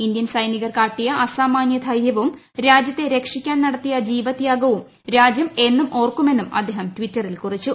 Indian സൈനികർ കാട്ടിയ അസാമാന്യ ധൈര്യവും രാജ്യത്തെ രക്ഷിക്കാൻ നടത്തിയ ജീവത്യാഗവും രാജ്യം എന്നും ഓർക്കുമെന്നും അദ്ദേഹം ടിറ്ററിൽ കുറിച്ചു